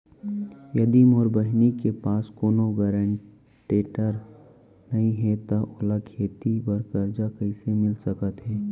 यदि मोर बहिनी के पास कोनो गरेंटेटर नई हे त ओला खेती बर कर्जा कईसे मिल सकत हे?